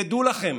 ודעו לכם